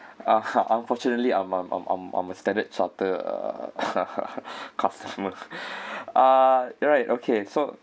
uh unfortunately I'm I'm I'm I'm a standard chartered uh customer uh alright okay so